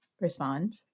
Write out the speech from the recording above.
respond